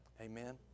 Amen